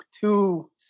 two